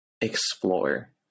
explore